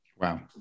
Wow